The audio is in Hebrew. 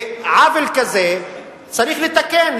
עוול כזה צריך לתקן.